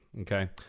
okay